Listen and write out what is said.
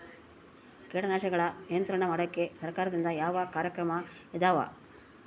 ಕೇಟನಾಶಕಗಳ ನಿಯಂತ್ರಣ ಮಾಡೋಕೆ ಸರಕಾರದಿಂದ ಯಾವ ಕಾರ್ಯಕ್ರಮ ಇದಾವ?